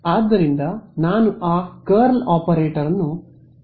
ಆದ್ದರಿಂದ ನಾನು ಆ ಕರ್ಲ್ ಆಪರೇಟರ್ ಅನ್ನು ಬರೆದು ಪಡೆಯಲು ಹೋಗುವುದಿಲ್ಲ